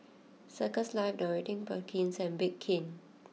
Circles Life Dorothy Perkins and Bake King